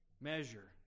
measure